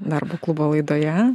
darbo klubo laidoje